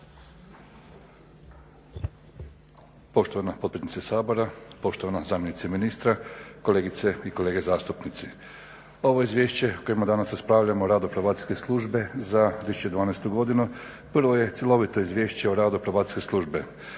Poštovana potpredsjednice Sabora, poštovana zamjenice ministra, kolegice i kolege zastupnici. Ovo izvješće o kojem danas raspravljamo, o radu Probacijske službe za 2012. godinu prvo je cjelovito Izvješće o radu Probacijske službe.